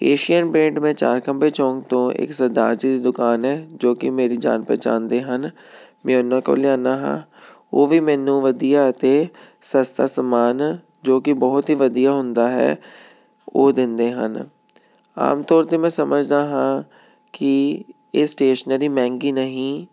Asian paint ਮੈਂ ਚਾਰ ਖੰਭੇ ਚੌਕ ਤੋਂ ਇੱਕ ਸਰਦਾਰ ਜੀ ਦੀ ਦੁਕਾਨ ਹੈ ਜੋ ਕਿ ਮੇਰੀ ਜਾਣ ਪਹਿਚਾਣ ਦੇ ਹਨ ਮੈਂ ਉਹਨਾਂ ਕੋਲ ਲਿਆਉਂਦਾ ਹਾਂ ਉਹ ਵੀ ਮੈਨੂੰ ਵਧੀਆ ਅਤੇ ਸਸਤਾ ਸਮਾਨ ਜੋ ਕਿ ਬਹੁਤ ਹੀ ਵਧੀਆ ਹੁੰਦਾ ਹੈ ਉਹ ਦਿੰਦੇ ਹਨ ਆਮ ਤੌਰ 'ਤੇ ਮੈਂ ਸਮਝਦਾ ਹਾਂ ਕਿ ਇਹ ਸਟੇਸ਼ਨਰੀ ਮਹਿੰਗੀ ਨਹੀਂ